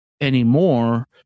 anymore